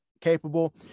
capable